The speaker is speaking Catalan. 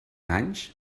anys